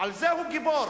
על זה הוא גיבור.